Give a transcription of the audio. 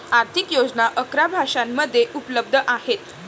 आर्थिक योजना अकरा भाषांमध्ये उपलब्ध आहेत